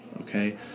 Okay